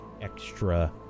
extra